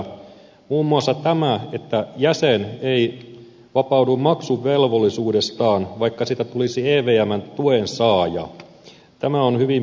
muun muassa tämä että jäsen ei vapaudu maksuvelvollisuudestaan vaikka siitä tulisi evmn tuen saaja on hyvin mielenkiintoinen seikka